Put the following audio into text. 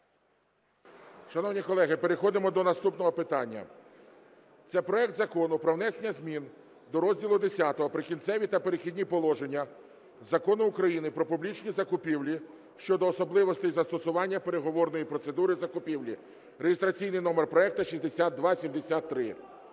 Шановні колеги, переходимо до наступного питання. Це проект Закону про внесення змін до розділу Х "Прикінцеві та перехідні положення" Закону України "Про публічні закупівлі" щодо особливостей застосування переговорної процедури закупівлі (реєстраційний номер проекту 6273).